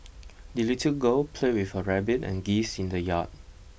the little girl played with her rabbit and geese in the yard